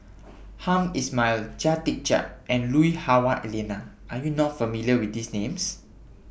Hamed Ismail Chia Tee Chiak and Lui Hah Wah Elena Are YOU not familiar with These Names